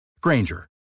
Granger